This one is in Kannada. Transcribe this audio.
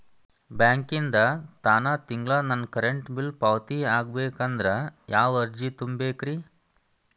ಬ್ಯಾಂಕಿಂದ ತಾನ ತಿಂಗಳಾ ನನ್ನ ಕರೆಂಟ್ ಬಿಲ್ ಪಾವತಿ ಆಗ್ಬೇಕಂದ್ರ ಯಾವ ಅರ್ಜಿ ತುಂಬೇಕ್ರಿ?